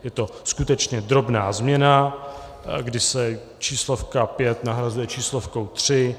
Je to skutečně drobná změna, kdy se číslovka 5 nahrazuje číslovkou 3.